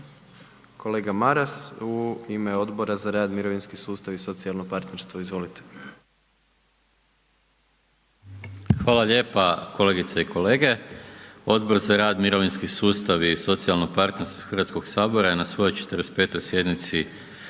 Kolega Maras u ime Odbora za rad, mirovinski sustav i socijalno partnerstvo, izvolite. **Maras, Gordan (SDP)** Hvala lijepa. Kolegice i kolege, Odbor za rad, mirovinski sustav i socijalno partnerstvo Hrvatskog sabora je na svojoj 45. sjednici